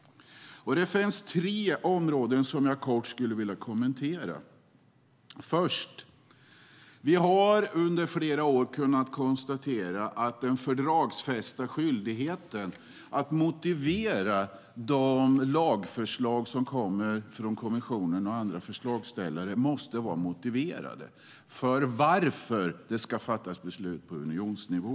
Det finns tre områden som jag kort skulle vilja kommentera. För det första: Det finns en fördragsfäst skyldighet att lagförslag som kommer från kommissionen och andra förslagsställare måste motivera varför det ska fattas beslut på unionsnivå.